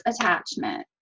attachment